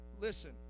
listen